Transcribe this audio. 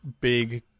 big